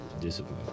Discipline